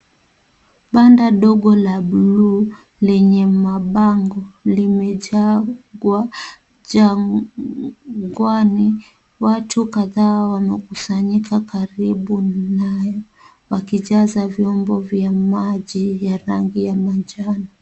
Banda dogo la bluu, lenye mabango limejengwa jangwani. Watu wengi wamekusanyika karibu nalo wakijaza vyombo vya maji vya rangi ya manjano.